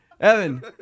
Evan